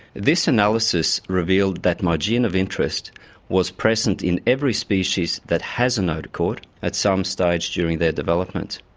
this analysis revealed that my gene of interest was present in every species that has a notochord at some stage during their development.